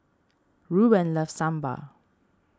Rueben loves Sambar